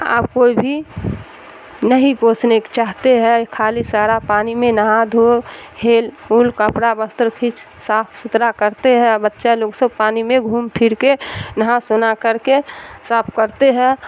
آپ کوئی بھی نہیں پوسنے چاہتے ہیں خالی سارا پانی میں نہا دھو ہیل ال کپڑا بستر پھچ صاف ستھرا کرتے ہیں بچہ لوگ سب پانی میں گھوم پھر کے نہا سنا کر کے صاف کرتے ہیں